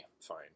fine